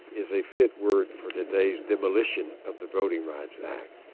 is a fit word for today's demolition of the voting rights act.